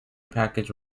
package